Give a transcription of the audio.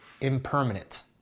impermanent